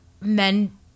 men